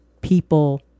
people